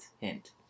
hint